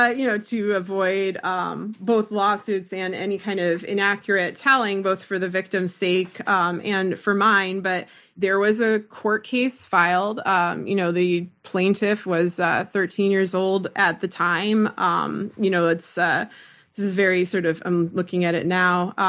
ah you know to avoid um both lawsuits and any kind of inaccurate telling both for the victim's sake um and for mine. but there was a court case filed. um you know the plaintiff was ah thirteen years old at the time. um you know ah this is very sort of, i'm looking at it now,